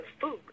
food